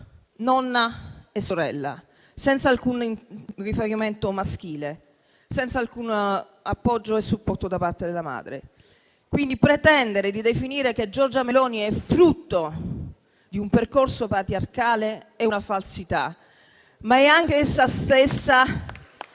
nonna e sorella, senza alcun riferimento maschile, senza alcun appoggio e supporto da parte del padre. Pretendere di definire che Giorgia Meloni è frutto di un percorso patriarcale è una falsità.